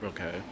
Okay